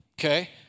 okay